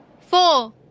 four